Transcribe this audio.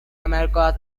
america